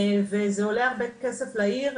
וזה עולה הרבה כסף לעיר,